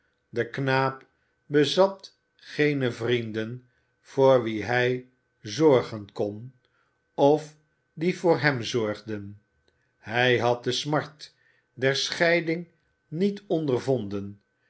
de knaap bezat geene vrienden voor wie hij zorgen kon of die voor hem zorgden hij had de smart der scheiding niet ondervonden